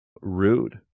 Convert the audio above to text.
rude